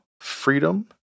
freedom